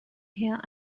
her